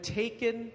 taken